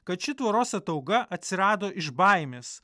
kad ši tvoros atauga atsirado iš baimės